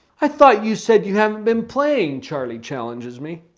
i thought you said you haven't been playing? charlie challenges me.